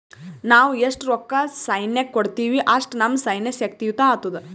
ನಾವ್ ಎಸ್ಟ್ ರೊಕ್ಕಾ ಸೈನ್ಯಕ್ಕ ಕೊಡ್ತೀವಿ, ಅಷ್ಟ ನಮ್ ಸೈನ್ಯ ಶಕ್ತಿಯುತ ಆತ್ತುದ್